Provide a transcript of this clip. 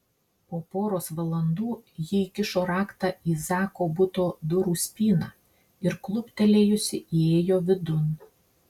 po poros valandų ji įkišo raktą į zako buto durų spyną ir kluptelėjusi įėjo vidun